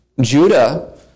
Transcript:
Judah